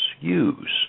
use